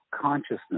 consciousness